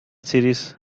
series